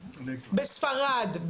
בספרד,